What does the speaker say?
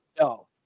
No